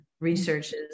researches